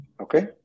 Okay